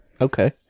okay